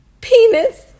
penis